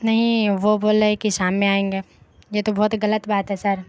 نہیں وہ بول رہے ہیں کہ شام میں آئیں گے یہ تو بہت ہی غلط بات ہے سر